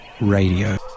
Radio